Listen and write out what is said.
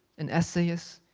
an essayist,